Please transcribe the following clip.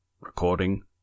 Recording